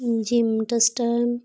gym ਡਸਟਨ